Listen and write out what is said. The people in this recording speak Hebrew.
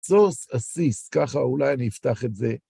Source Assist, ככה אולי אני אפתח את זה.